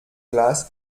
glas